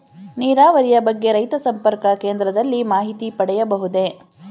ನೀರಾವರಿಯ ಬಗ್ಗೆ ರೈತ ಸಂಪರ್ಕ ಕೇಂದ್ರದಲ್ಲಿ ಮಾಹಿತಿ ಪಡೆಯಬಹುದೇ?